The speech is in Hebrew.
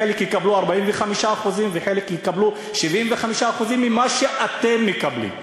חלק יקבלו 45% וחלק יקבלו 75% ממה שאתם מקבלים.